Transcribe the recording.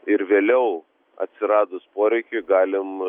ir vėliau atsiradus poreikiui galim